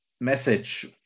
message